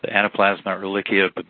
anaplasma, ehrlichia, but